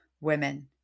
women